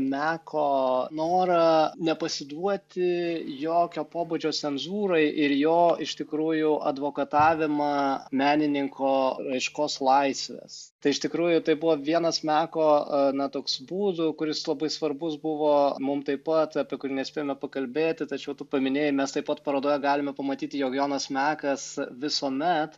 meko norą nepasiduoti jokio pobūdžio cenzūrai ir jo iš tikrųjų advokatavimą menininko raiškos laisves tai iš tikrųjų tai buvo vienas meko a na toks būdų kuris labai svarbus buvo mum taip pat apie kurį nespėjome pakalbėti tačiau tu paminėjai mes taip pat parodoje galime pamatyti jog jonas mekas visuomet